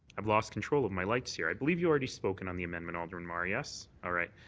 i've lost control of my lights here. i believe you've already spoken on the amendment, alderman mar, yes? all right.